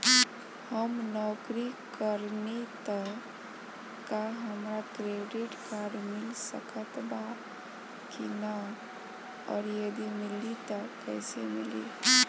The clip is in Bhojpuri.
हम नौकरी करेनी त का हमरा क्रेडिट कार्ड मिल सकत बा की न और यदि मिली त कैसे मिली?